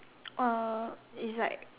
uh is like